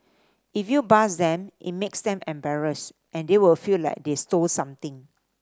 if you buzz them it makes them embarrassed and they will feel like they stole something